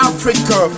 Africa